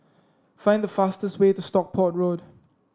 find the fastest way to Stockport Road